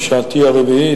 בשעתי הרביעית,